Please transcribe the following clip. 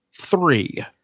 three